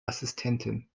assistentin